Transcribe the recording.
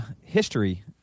history